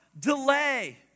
delay